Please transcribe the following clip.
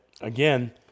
again